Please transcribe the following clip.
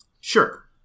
Sure